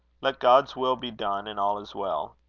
let god's will be done, and all is well.